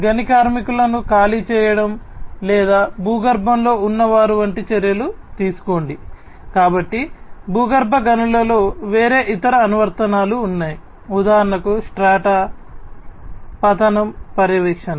కాబట్టి నిజ సమయంలో నిరంతరం భూగర్భ గనులలో పర్యవేక్షణ